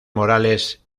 morales